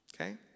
okay